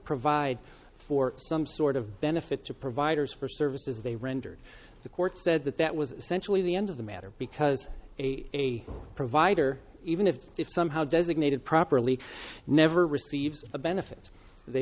provide for some sort of benefit to providers for services they rendered the court said that that was essentially the end of the matter because a provider even if somehow designated properly never receives a benefit they